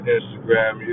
Instagram